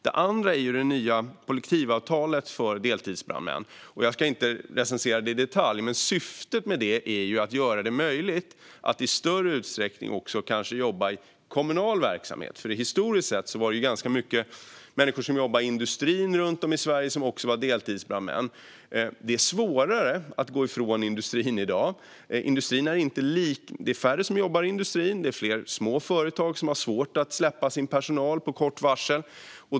Det andra är det nya kollektivavtalet för deltidsbrandmän. Jag ska inte recensera det i detalj. Syftet är att göra det möjligt att i större utsträckning kanske jobba i kommunal verksamhet. Historiskt sett var det ganska många människor som jobbade i industrin runt om i Sverige som också var deltidsbrandmän. Det är svårare att gå ifrån i industrin i dag. Det är färre som jobbar i industrin. Det är fler små företag som har svårt att släppa sin personal med kort varsel.